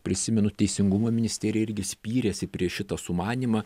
prisimenu teisingumo ministerija irgi spyrėsi prieš šitą sumanymą